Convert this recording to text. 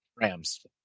Rams